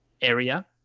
area